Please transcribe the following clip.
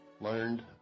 learned